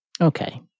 Okay